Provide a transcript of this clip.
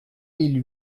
mille